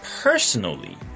Personally